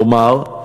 כלומר,